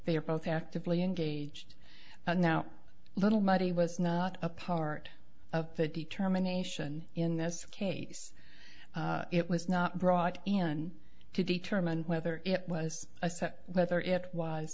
they are both actively engaged and now a little muddy was not a part of the terminations in this case it was not brought in to determine whether it was a set whether it was